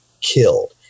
killed